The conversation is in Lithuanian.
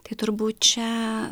tai turbūt čia